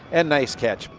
and nice catch.